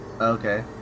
Okay